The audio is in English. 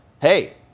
hey